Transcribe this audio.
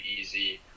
easy